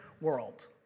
world